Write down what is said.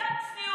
מציעה